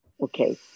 Okay